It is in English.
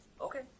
Okay